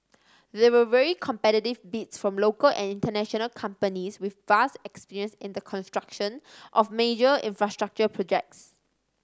there were very competitive bids from local and international companies with vast experience in the construction of major infrastructure projects